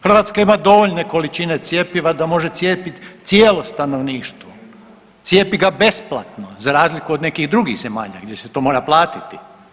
Hrvatska ima dovoljne količine cjepiva da može cijepit cijelo stanovništvo, cijepi ga besplatno za razliku od nekih drugih zemalja gdje se to mora platiti.